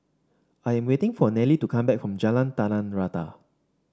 I am waiting for Nelie to come back from Jalan Tanah Rata